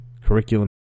curriculum